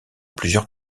plusieurs